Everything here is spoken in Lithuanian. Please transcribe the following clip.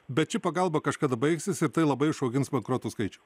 bet ši pagalba kažkada baigsis ir tai labai išaugins bankrotų skaičių